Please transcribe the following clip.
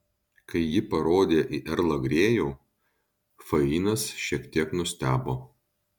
kai ji parodė į erlą grėjų fainas šiek tiek nustebo